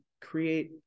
create